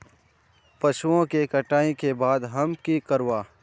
पशुओं के कटाई के बाद हम की करवा?